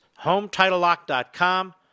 HomeTitleLock.com